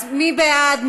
אז מי בעד?